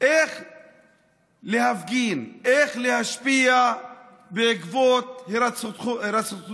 איך להפגין, איך להשפיע בעקבות הירצחו